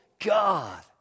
God